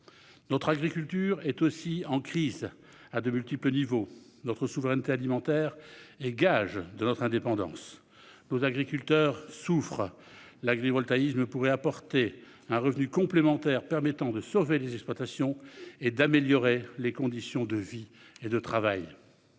Notre agriculture est en crise à de multiples niveaux. Notre souveraineté alimentaire est un gage de notre indépendance. Nos agriculteurs souffrent, mais l'agrivoltaïsme pourrait leur apporter un revenu complémentaire permettant de sauver leurs exploitations et d'améliorer leurs conditions de vie et de travail.